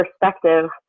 perspective